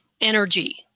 energy